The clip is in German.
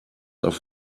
auf